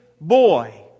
boy